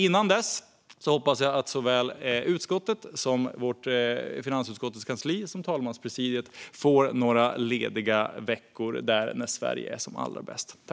Innan dess hoppas jag att såväl finansutskottet och dess kansli som talmanspresidiet får några lediga veckor när Sverige är som allra bäst.